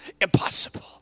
Impossible